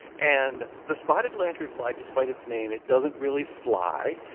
and the spotted lanternfly despite its name, it doesn't really fly,